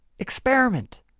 experiment